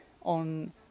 on